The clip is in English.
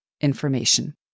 information